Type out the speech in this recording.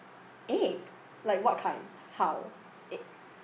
egg like what kind how egg